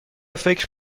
فکر